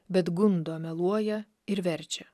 bet gundo meluoja ir verčia